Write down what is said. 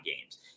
games